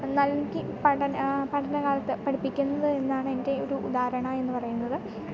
നൽകി പഠന പഠന കാലത്ത് പഠിപ്പിക്കുന്നതെന്നാണ് അതിൻ്റെ ഒരു ഉദാഹരണം എന്നു പറയുന്നത്